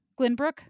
Glenbrook